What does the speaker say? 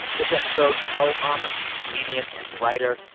this episode, mo ah amer comedian and writer.